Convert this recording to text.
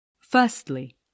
Firstly